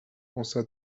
pensa